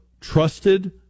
trusted